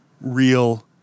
real